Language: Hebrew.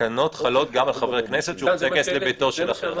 התקנות חלות גם על חבר כנסת שרוצה להיכנס לביתו של אחר.